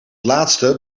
laatste